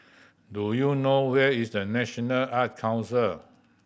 do you know where is The National Art Council